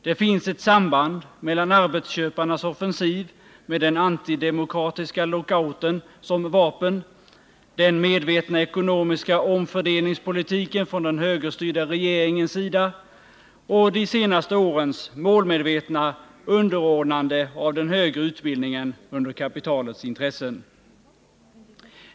Det finns ett samband mellan arbetsköparnas offensiv med den antidemokratiska lockouten som vapen, den medvetna ekonomiska omfördelningspolitiken från den högerstyrda regeringens sida och de senaste årens målmedvetna underordnande av den högre utbildningen under kapitalets intressen.